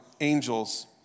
angels